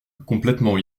complètement